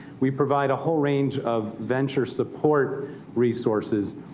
we provide a whole range of venture support resources.